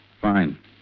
Fine